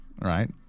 right